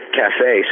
cafe